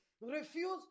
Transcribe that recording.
refuse